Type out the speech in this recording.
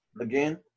Again